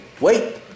Wait